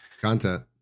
content